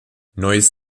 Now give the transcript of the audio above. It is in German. neues